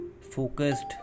focused